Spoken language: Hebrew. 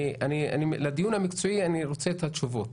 לדיון המקצועי אני רוצה את התשובות.